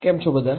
કેમ છો બધા